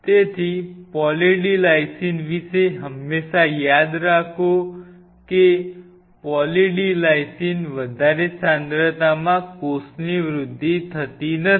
તેથી poly D lysine વિશે હંમેશા યાદ રાખો કે કે પોલી D લાઈસિન વધારે સાંદ્રતામાં કોષની વૃદ્ધિ થતી નથી